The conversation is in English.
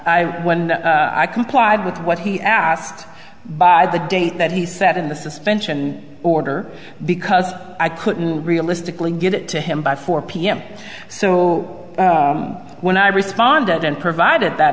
that when i complied with what he asked by the date that he sat in the suspension order because i couldn't realistically get it to him by four pm so when i responded and provided that